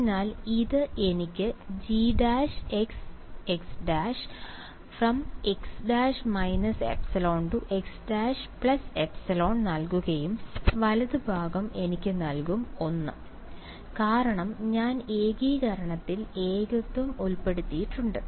അതിനാൽ ഇത് എനിക്ക് G′xx′|x′−εx′ε നൽകുകയും വലതുഭാഗം എനിക്ക് നിൽക്കും 1 1 കാരണം ഞാൻ ഏകീകരണത്തിൽ ഏകത്വം ഉൾപ്പെടുത്തിയിട്ടുണ്ട്